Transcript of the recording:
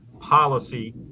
policy